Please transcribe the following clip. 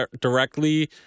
directly